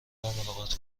ملاقات